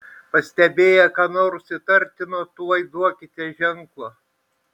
pastebėję ką nors įtartino tuoj duokite ženklą